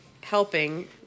helping